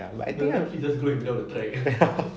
but I think like